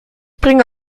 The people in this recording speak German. bringe